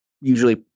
usually